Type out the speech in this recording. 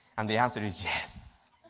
and the answer is yes.